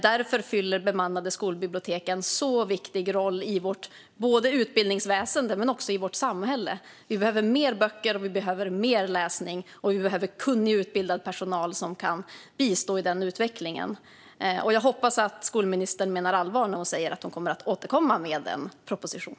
Därför fyller bemannade skolbibliotek en viktig roll i både vårt utbildningsväsen och vårt samhälle. Vi behöver fler böcker och mer läsning, och vi behöver kunnig, utbildad personal som kan bistå i den utvecklingen. Jag hoppas att skolministern menar allvar när hon säger att hon kommer att återkomma med en proposition.